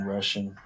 Russian